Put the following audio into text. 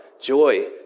joy